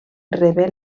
rebé